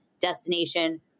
destination